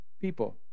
people